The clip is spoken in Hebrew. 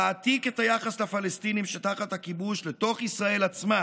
מעתיק את היחס לפלסטינים שתחת הכיבוש לתוך ישראל עצמה